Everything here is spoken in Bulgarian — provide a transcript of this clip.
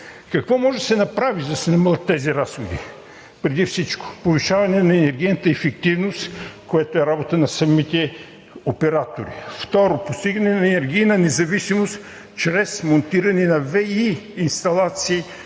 Какво може да се направи, за да се намалят разходите? Преди всичко повишаване на енергийната ефективност, което е работа на самите оператори. Второ, постигане на енергийна независимост чрез монтиране на ВЕИ инсталации